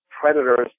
predators